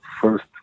first